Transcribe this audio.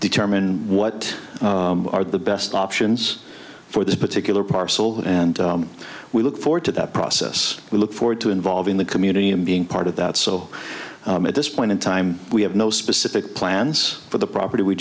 determine what are the best options for this particular parcel and we look forward to that process we look forward to involving the community and being part of that so at this point in time we have no specific plans for the property we